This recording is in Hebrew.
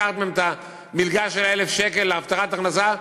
לקחת מהם את המלגה של 1,000 שקל להבטחת הכנסה,